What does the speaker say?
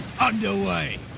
underway